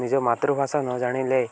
ନିଜ ମାତୃଭାଷା ନ ଜାଣିଲେ